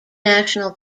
national